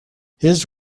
his